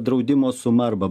draudimo suma arba